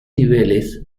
niveles